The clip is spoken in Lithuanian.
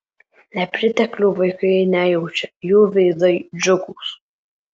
nepriteklių vaikai nejaučia jų veidai džiugūs